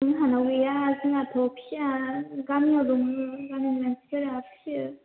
जोंहानाव गैया जोंहाथ' फिसिया गामियाव दङ गामिनि मानसिफोरा फिसियो